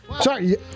Sorry